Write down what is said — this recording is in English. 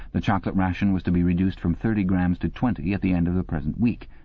the chocolate ration was to be reduced from thirty grammes to twenty at the end of the present week.